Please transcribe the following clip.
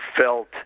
felt